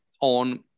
on